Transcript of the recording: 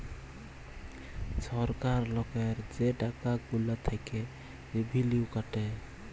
ছরকার লকের যে টাকা গুলা থ্যাইকে রেভিলিউ কাটে